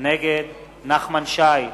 נגד נחמן שי,